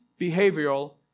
behavioral